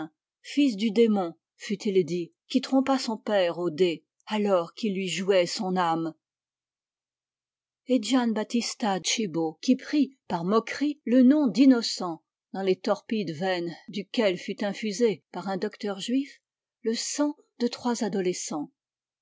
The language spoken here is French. fils du démon fut-il dit qui trompa son père aux dés alors qu'il lui jouait son âme et giambattista gibo qui prit par moquerie le nom d'innocent dans les torpides veines duquel fut infusé par un docteur juif le sang de trois adolescents